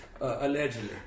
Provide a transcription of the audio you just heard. allegedly